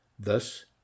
thus